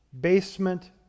basement